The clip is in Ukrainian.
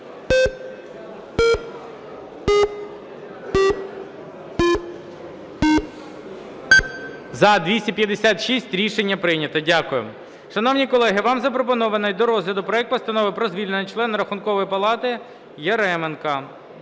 За-256 Рішення прийнято. Дякую. Шановні колеги, вам запропонований до розгляду проект Постанови про звільнення члена Рахункової палати Яременка